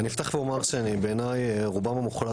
אני אפתח ואומר שבעיניי רובם המוחלט,